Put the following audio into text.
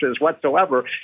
whatsoever